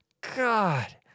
God